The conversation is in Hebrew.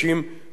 בדרך נכונה,